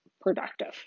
productive